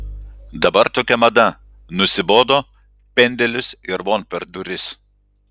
dabar tokia mada nusibodo pendelis ir von per duris